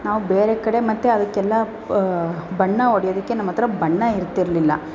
ನಾವು ಬೇರೆ ಕಡೆ ಮತ್ತು ಅದಕ್ಕೆಲ್ಲ ಪ್ ಬಣ್ಣ ಹೊಡೆಯೋದಕ್ಕೆ ನಮ್ಮ ಹತ್ರ ಬಣ್ಣ ಇರ್ತಿರಲಿಲ್ಲ